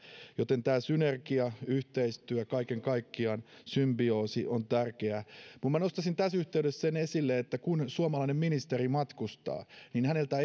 joten tämä synergia yhteistyö kaiken kaikkiaan symbioosi on tärkeä mutta minä nostaisin tässä yhteydessä esille sen että kun suomalainen ministeri matkustaa niin häneltä